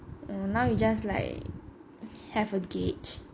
mm now you just like have a gauge